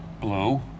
Blue